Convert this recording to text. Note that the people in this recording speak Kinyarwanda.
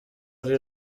ari